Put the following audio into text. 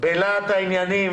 עופר מרין,